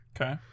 Okay